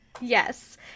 Yes